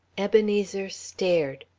ebenezer stared,